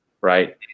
right